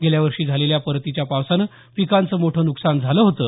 गेल्यावर्षी झालेल्या परतीच्या पावसानं पिकांचं मोठं नुकसान झालं होतं